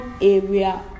area